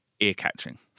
Ear-catching